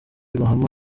mahama